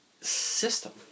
system